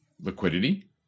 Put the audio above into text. liquidity